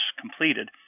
completed